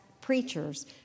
preachers